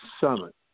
summit